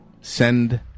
Send